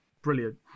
Brilliant